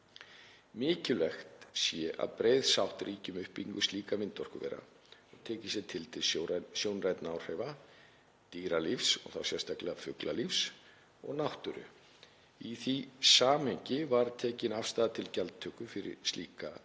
Mikilvægt sé að breið sátt ríki um uppbyggingu slíkra vindorkuvera og tillit sé tekið til sjónrænna áhrifa, dýralífs, og þá sérstaklega fuglalífs, og náttúru. Í því samhengi verði tekin afstaða til gjaldtöku fyrir slíka nýtingu.